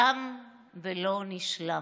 תם ולא נשלם.